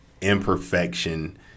imperfection